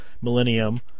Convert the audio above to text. Millennium